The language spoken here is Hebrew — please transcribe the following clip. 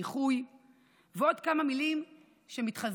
איחוי ועוד כמה מילים שמתחרזות,